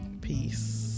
peace